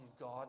God